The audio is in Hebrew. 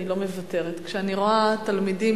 אני לא מוותרת כשאני רואה תלמידים